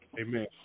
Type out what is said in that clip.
Amen